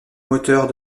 moteurs